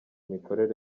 mikorere